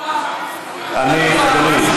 מדוע, אדוני.